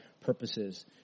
purposes